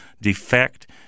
defect